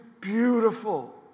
beautiful